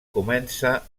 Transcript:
comença